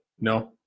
No